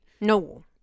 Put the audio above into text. No